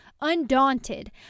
Undaunted